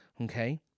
Okay